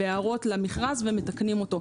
בהערות למכרז, ומתקנים אותו.